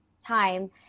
time